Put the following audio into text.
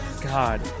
God